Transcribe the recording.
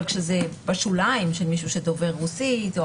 אבל כשזה בשוליים וזה מישהו שדובר רוסית או